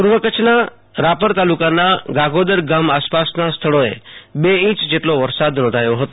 પૂર્વ કચ્છના રાપર તાલુકાના ગાગોદર ગામ આસપાસના સ્થળોએ બે ઈંચ જેટલો વરસાદ નોંધાયો હતો